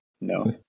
no